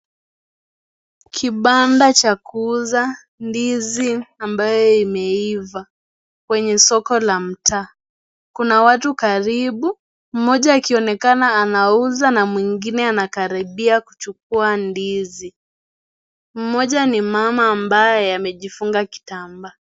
Kibanda Cha kuuza ndizi ambayo imeiva kwenye soko la mtaa. Kuna watu karibu, mmoja akionekana anauza na mwingine anakaribia kuchukua ndizi. Mmoja ni mama ambaye amejifunga kitambaa.